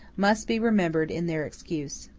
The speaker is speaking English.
must be remembered in their excuse.